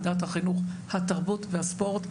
ועדת החינוך התרבות והספורט.